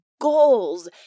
goals